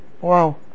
wow